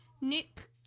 Nick